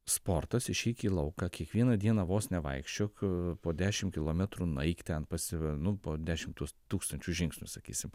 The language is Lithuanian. sportas išeik į lauką kiekvieną dieną vos nevaikščiok po dešim kilometrų nueik ten pasi nu po dešim tuos tūkstančių žingsnių sakysim